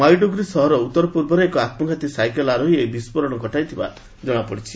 Maiduguri ସହର ଉତ୍ତର ପୂର୍ବରେ ଏକ ଆତ୍କଘାତୀ ସାଇକେଲ୍ ଆରୋହୀ ଏହି ବିସ୍ଫୋରଣ ଘଟାଇଥିବା ଜଣାପଡ଼ି ଛି